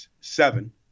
seven